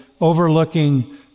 overlooking